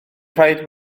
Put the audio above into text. rhaid